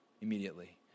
immediately